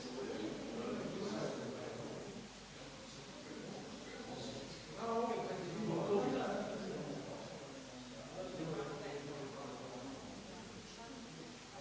hvala Vam